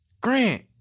Grant